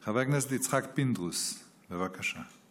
חבר הכנסת יצחק פינדרוס, בבקשה.